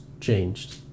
changed